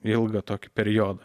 ilgą tokį periodą